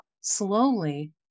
slowly